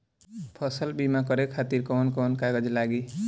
फसल बीमा करे खातिर कवन कवन कागज लागी?